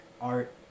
art